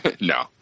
No